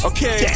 Okay